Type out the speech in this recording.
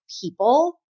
people